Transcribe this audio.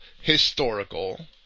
historical